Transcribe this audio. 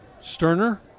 Sterner